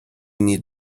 need